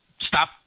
stop